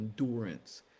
endurance